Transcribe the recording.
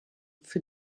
für